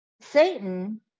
Satan